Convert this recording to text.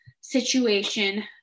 situation